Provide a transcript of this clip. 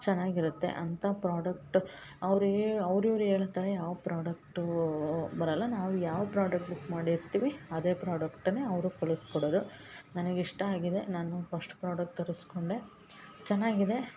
ಚೆನ್ನಾಗಿರತ್ತೆ ಅಂಥಾ ಪ್ರಾಡಕ್ಟ್ ಅವರಿಗೆ ಅವ್ರಿವ್ರ ಹೇಳ್ತರೆ ಯಾವ ಪ್ರಾಡಕ್ಟೂ ಬರಲ್ಲ ನಾವು ಯಾವ ಪ್ರಾಡಕ್ಟ್ ಬುಕ್ ಮಾಡಿರ್ತೀವಿ ಅದೇ ಪ್ರಾಡಕ್ಟ್ನೇ ಅವರು ಕಳಿಸಿ ಕೊಡದು ನನಗೆ ಇಷ್ಟ ಆಗಿದೆ ನಾನು ಫಸ್ಟ್ ಪ್ರಾಡಕ್ಟ್ ತರುಸ್ಕೊಂಡೆ ಚೆನ್ನಾಗಿದೆ